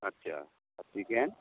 আচ্ছা আর চিকেন